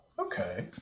okay